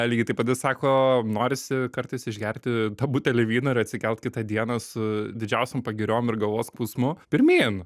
lygiai taip pat jis sako norisi kartais išgerti tą butelį vyno ir atsikelt kitą dieną su didžiausiom pagiriom ir galvos skausmu pirmyn